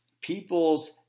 people's